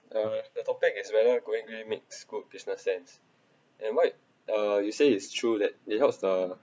uh the topic is whether going green makes good business sense and what uh you said is true that it helps the